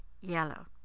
yellow